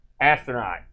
Astronaut